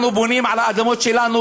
אנחנו בונים על האדמות שלנו,